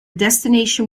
destination